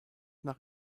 nach